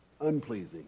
unpleasing